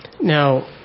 Now